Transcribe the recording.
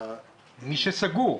מי שסגור.